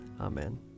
Amen